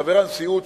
חבר הנשיאות,